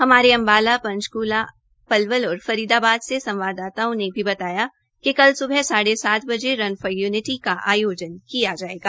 हमारे अम्बाला पंचकूला पलवल और फरीदाबाद से संवाददाताओं ने भी बताया कि कल सुबह साढ़े सात बजे रन फॉर यूनिटी का आयोजन किया जायेगा